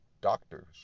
doctor's